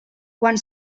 quan